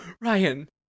Ryan